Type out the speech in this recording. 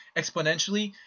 exponentially